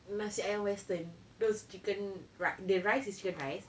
nasi ayam western those chicken ru~ the rice is chicken rice